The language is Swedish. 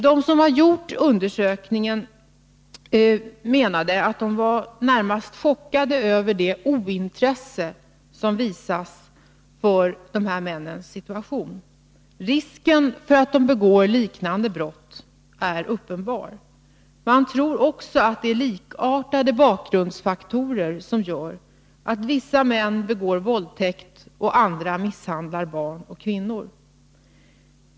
De som har gjort undersökningen var närmast chockade över det ointresse som visas för de här männens situation. Risken för att dessa på nytt begår liknande brott är uppenbar. Man tror också att det är likartade bakgrundsfaktorer som gör att vissa män begår våldtäkt och andra misshandlar barn och kvinnor.